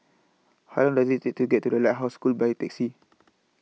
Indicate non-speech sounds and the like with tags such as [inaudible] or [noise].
How Long Does IT Take to get to The Lighthouse School By Taxi [noise]